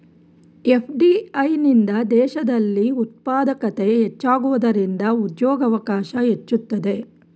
FDI ನಿಂದ ದೇಶದಲ್ಲಿ ಉತ್ಪಾದಕತೆ ಹೆಚ್ಚಾಗುವುದರಿಂದ ಉದ್ಯೋಗವಕಾಶ ಹೆಚ್ಚುತ್ತದೆ